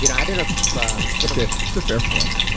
you know i don't know okay, that's a fair point